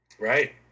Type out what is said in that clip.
Right